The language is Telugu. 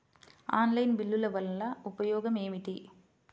ఆన్లైన్ బిల్లుల వల్ల ఉపయోగమేమిటీ?